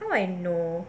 how I know